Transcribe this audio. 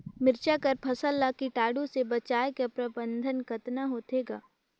मिरचा कर फसल ला कीटाणु से बचाय कर प्रबंधन कतना होथे ग?